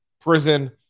prison